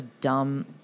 dumb